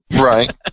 right